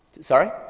Sorry